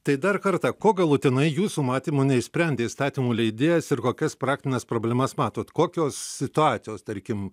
tai dar kartą kuo galutinai jūsų matymu neišsprendė įstatymų leidėjas ir kokias praktines problemas matot kokios situacijos tarkim